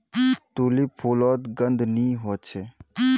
tulip फुलोत गंध नि होछे